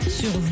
sur